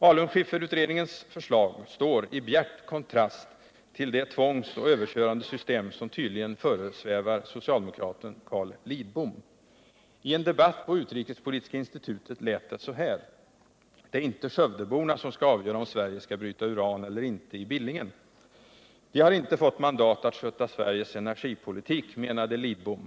Alunskifferutredningens förslag står i bjärt kontrast till det tvångsoch överkörandesystem som tydligen föresvävar socialdemokraten Carl Lidbom. I en debatt på utrikespolitiska institutet lät det så här: Det är inte Skövdeborna som skall avgöra om Sverige skall bryta uran eller inte i Billingen. De har inte fått mandat att sköta Sveriges energipolitik, menade herr Lidbom.